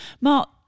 Mark